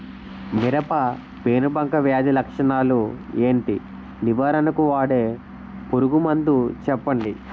మిరప పెనుబంక వ్యాధి లక్షణాలు ఏంటి? నివారణకు వాడే పురుగు మందు చెప్పండీ?